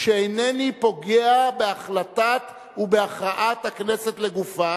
שאינני פוגע בהחלטת ובהכרעת הכנסת לגופה,